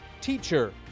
teacher